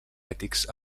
ètics